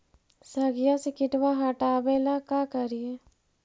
सगिया से किटवा हाटाबेला का कारिये?